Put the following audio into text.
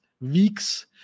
weeks